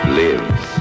lives